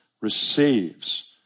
receives